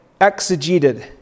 exegeted